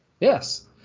Yes